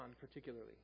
particularly